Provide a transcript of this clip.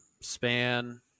span